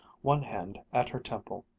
one hand at her temple.